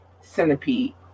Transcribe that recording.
Centipede